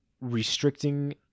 restricting